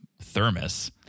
thermos